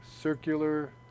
circular